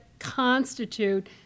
constitute